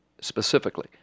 specifically